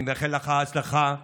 אני מאחל לך הצלחה בתפקיד.